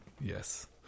yes